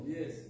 yes